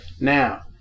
Now